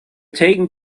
taken